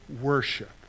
worship